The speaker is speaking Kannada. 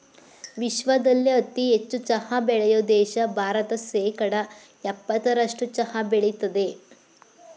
ವಿಶ್ವದಲ್ಲೇ ಅತಿ ಹೆಚ್ಚು ಚಹಾ ಬೆಳೆಯೋ ದೇಶ ಭಾರತ ಶೇಕಡಾ ಯಪ್ಪತ್ತರಸ್ಟು ಚಹಾ ಬೆಳಿತದೆ